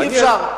אי-אפשר.